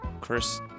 Chris